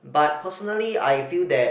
but personally I feel that